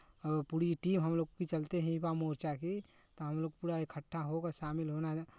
और पूरी टीम हमलोग की चलते हैं युवा मोर्चा की तो हमलोग पूरा इकट्ठा होकर शामिल होना